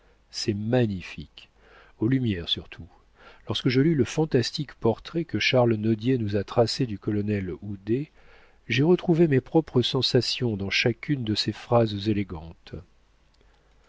c'est magnifique aux lumières surtout lorsque je lus le fantastique portrait que charles nodier nous a tracé du colonel oudet j'ai retrouvé mes propres sensations dans chacune de ses phrases élégantes